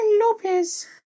Lopez